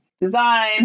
design